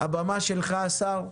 הבמה שלך, השר.